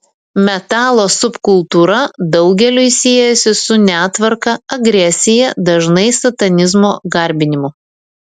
metalo subkultūra daugeliui siejasi su netvarka agresija dažnai satanizmo garbinimu